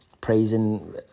praising